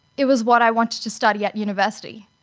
it was what i wanted to study at university.